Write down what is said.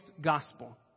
gospel